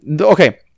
okay